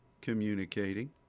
communicating